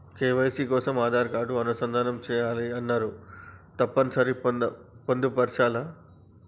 KYC కోసం Aadhaar card అనుసంధానం చేయాలని అన్నరు తప్పని సరి పొందుపరచాలా?